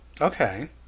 Okay